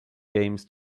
games